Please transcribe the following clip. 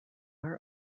are